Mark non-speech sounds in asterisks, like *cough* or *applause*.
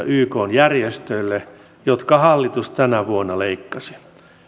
*unintelligible* ykn järjestöille taloudellinen tukensa jonka hallitus tänä vuonna leikkasi